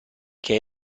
che